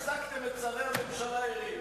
השר גלעד,